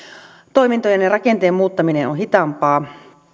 toimintojen ja rakenteen muuttaminen on hitaampaa